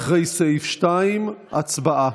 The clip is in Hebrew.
אחרי סעיף 2. הצבעה.